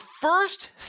first